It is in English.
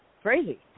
crazy